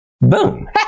Boom